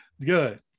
good